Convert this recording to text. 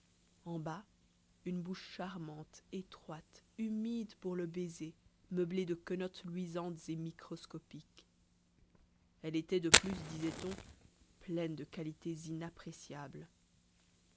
en bas une bouche charmante étroite humide pour le baiser meublée de quenottes luisantes et microscopiques elle était de plus disait-on pleine de qualités